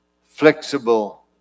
flexible